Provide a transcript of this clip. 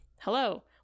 hello